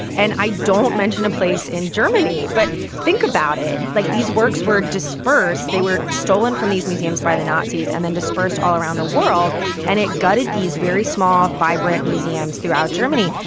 and i don't mention a place in germany but think about it like these works were dispersed. they were stolen from these museums by the nazis and then dispersed all around the world and it gutted these very small vibrant museums throughout germany.